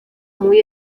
muy